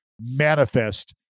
manifest